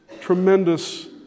tremendous